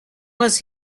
was